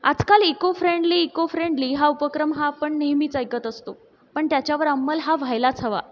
आजकाल eco friendly eco friendly हा उपक्रम हा आपण नेहमीच ऐकत असतो पण त्याच्यावर अंमल हा व्हायलाच हवा